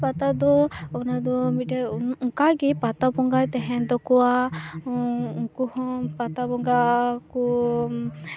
ᱯᱟᱛᱟ ᱫᱚ ᱚᱱᱟ ᱫᱚ ᱢᱤᱫᱴᱮᱡ ᱚᱱᱠᱟᱜᱮ ᱯᱟᱛᱟ ᱵᱚᱸᱜᱟᱭ ᱛᱟᱦᱮᱱ ᱛᱟᱠᱚᱣᱟ ᱩᱱᱠᱩᱦᱚᱸ ᱯᱟᱛᱟ ᱵᱚᱸᱜᱟ ᱠᱚ